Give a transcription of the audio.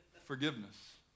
Forgiveness